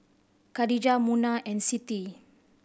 Khadija Munah and Siti